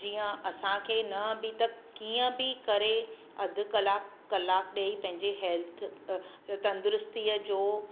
जीअं असांखे न बि त कीअं बि करे अधु कलाक ॾेई पंहिंजे हैल्थ तंदुरुस्तीअ जो